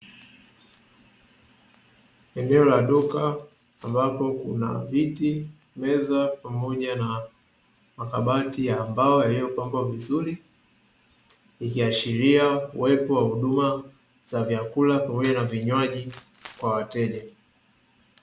Eneo la duka ambapo kuna viti, meza pamoja na makabati ya mbao yalipangwa vizuri, ikiashiria uwepo wa huduma za vyakula pamoja na vinywaji kwa wateja.